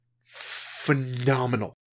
phenomenal